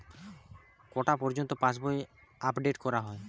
কটা পযর্ন্ত পাশবই আপ ডেট করা হয়?